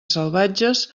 salvatges